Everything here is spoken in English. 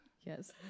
Yes